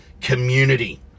community